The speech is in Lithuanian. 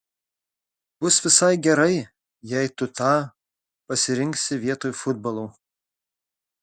bus visai gerai jei tu tą pasirinksi vietoj futbolo